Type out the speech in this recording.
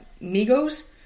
Migos